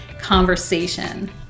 conversation